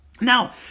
now